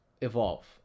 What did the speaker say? evolve